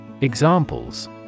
Examples